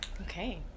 okay